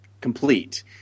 complete